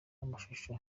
amashusho